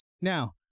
Now